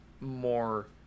more